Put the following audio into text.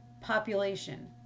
population